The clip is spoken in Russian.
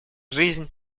жизнь